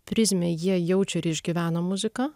prizmę jie jaučia ir išgyvena muziką